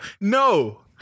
No